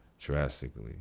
Drastically